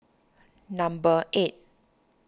number eight